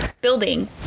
building